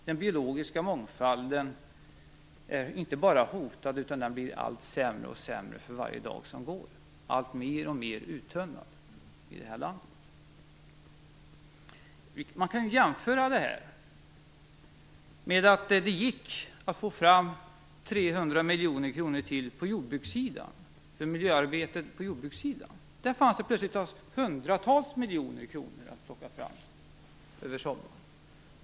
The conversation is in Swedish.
Den biologiska mångfalden är inte bara hotad utan blir sämre för varje dag som går och alltmer uttunnad i det här landet. Man kan jämföra detta med att det gick att få fram 300 miljoner för miljöarbete på jordbrukssidan. Där fanns det plötsligt hundratals miljoner att plocka fram över sommaren.